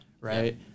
right